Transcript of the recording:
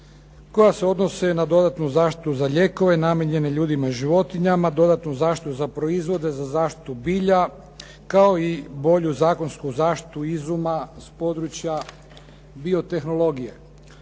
koja se odnose na dodatnu zaštitu za lijekove namijenjene ljudima i životinjama, dodatnu zaštitu za proizvode za zaštitu bilja kao i bolju zakonsku zaštitu izuma s područja biotehnologije.